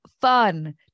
fun